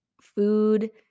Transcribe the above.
food